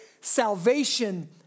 salvation